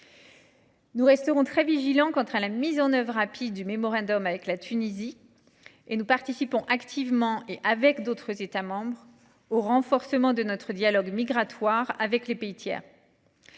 Nous restons vigilants quant à la mise en œuvre rapide du mémorandum avec la Tunisie, et nous participons activement avec d’autres États membres au renforcement de notre dialogue migratoire avec les États tiers.